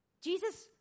Jesus